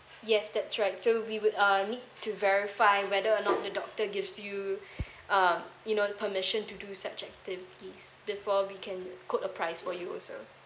yes that's right so we would uh need to verify whether or not the doctor gives you um you know permission to do such activities before we can quote a price for you also